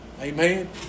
Amen